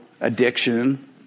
addiction